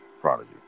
Prodigy